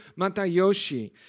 Matayoshi